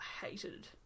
hated